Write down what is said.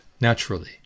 naturally